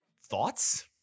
Thoughts